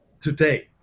today